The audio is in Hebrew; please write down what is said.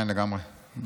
כן, לגמרי.